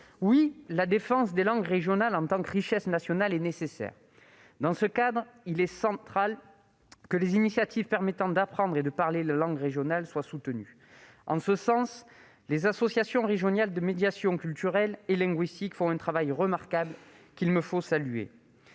Oui, la défense des langues régionales en tant que richesses nationales est nécessaire. Dans ce cadre, il est central que les initiatives permettant d'apprendre et de parler ces langues soient soutenues. En ce sens, les associations régionales de médiation culturelle et linguistique font un travail remarquable qu'il me faut saluer.